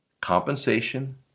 compensation